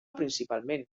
principalment